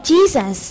Jesus